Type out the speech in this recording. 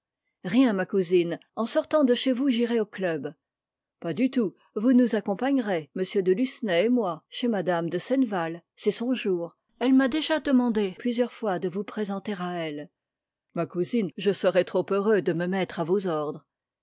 rien ma cousine en sortant de chez vous j'irai au club pas du tout vous nous accompagnerez m de lucenay et moi chez mme de senneval c'est son jour elle m'a déjà demandé plusieurs fois de vous présenter à elle ma cousine je serai trop heureux de me mettre à vos ordres